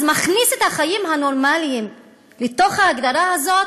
אז הוא מכניס את החיים הנורמליים לתוך ההגדרה הזאת?